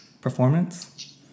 performance